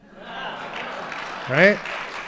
Right